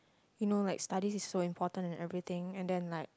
you know like studies is so important in everything and then like